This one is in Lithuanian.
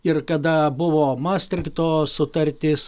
ir kada buvo mastrichto sutartis